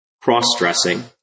cross-dressing